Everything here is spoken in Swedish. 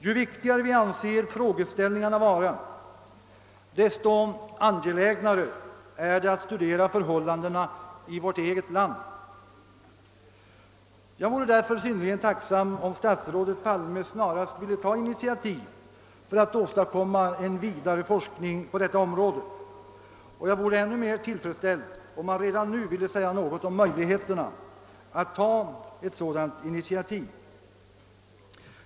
Ju viktigare vi anser frågeställningarna vara, desto angelägnare är det att studera förhållandena i vårt eget land. Jag vore därför synnerligen tacksam om statsrådet Palme snarast ville ta ett initiativ för att åstadkomma vidare forskning på detta område, och jag vore ännu mer tillfredsställd om statsrådet redan nu ville säga något om möjligheterna till att ta ett sådant initiativ.